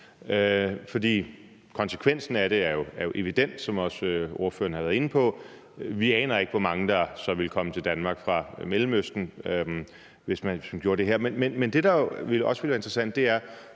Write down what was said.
konsekvensen af det er jo evident, som ordføreren også har været inde på. Vi aner ikke, hvor mange der så ville komme til Danmark fra Mellemøsten, hvis man gjorde det her. Men det, der også er interessant, er,